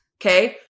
Okay